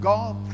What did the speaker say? God